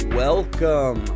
welcome